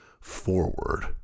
forward